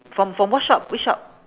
from from what shop which shop